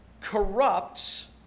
corrupts